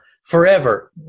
Forever